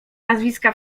nazwiska